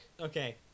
Okay